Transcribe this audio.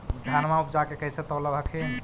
धनमा उपजाके कैसे तौलब हखिन?